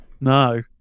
no